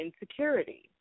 insecurity